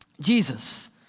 Jesus